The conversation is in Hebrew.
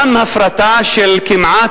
גם הפרטה של כמעט,